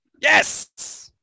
Yes